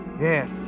Yes